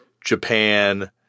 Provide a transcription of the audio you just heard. Japan